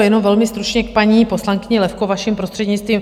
Jenom velmi stručně k paní poslankyni Levko, vaším prostřednictvím.